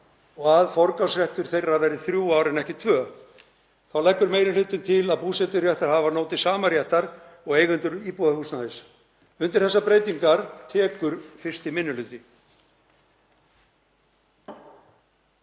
og að forgangsréttur þeirra verði þrjú ár en ekki tvö. Þá leggur meiri hlutinn til að búseturétthafar njóti sama réttar og eigendur íbúðarhúsnæðis. Undir þessar breytingar tekur 1. minni hluti.